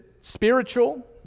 spiritual